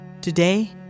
Today